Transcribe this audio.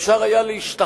אפשר היה להשתכנע,